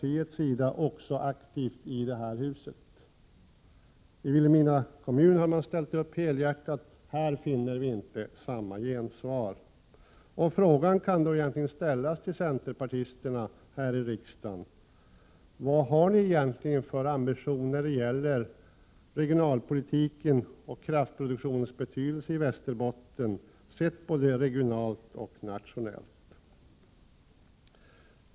I Vilhelmina kommun har man ställt upp helhjärtat — här finner vi inte samma gensvar. Frågan kan ställas till centerpartisterna här i riksdagen: Vad har ni egentligen för ambition när det gäller regionalpolitiken och kraftproduktionens betydelse i Västerbotten, sett både regionalt och nationellt?